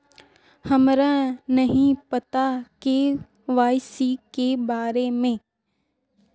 हमरा नहीं पता के.वाई.सी के बारे में?